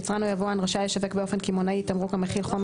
יצרן או יבואן רשאי לשווק באופן קמעונאי תמרוק המכיל חומר